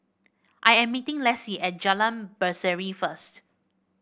I am meeting Lessie at Jalan Berseri first